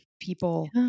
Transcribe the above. people